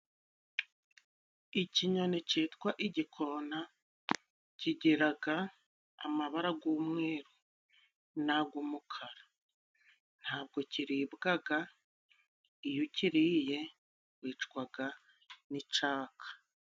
Ikinyoni cyitwa igikona, kigira amabara y'umweru n'ay'umukara, ntabwo kiribwa iyo ukiriye wicwa n'icyaka.